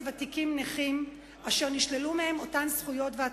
ותיקים נכים אשר נשללו מהם אותן זכויות והטבות.